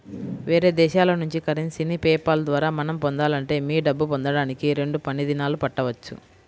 వేరే దేశాల నుంచి కరెన్సీని పే పాల్ ద్వారా మనం పొందాలంటే మీ డబ్బు పొందడానికి రెండు పని దినాలు పట్టవచ్చు